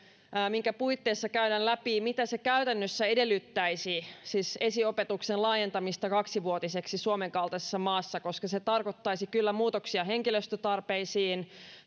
jonka puitteissa käydään läpi mitä se käytännössä edellyttäisi siis esiopetuksen laajentaminen kaksivuotiseksi suomen kaltaisessa maassa se tarkoittaisi kyllä muutoksia henkilöstötarpeisiin